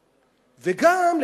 להתחתן וגם,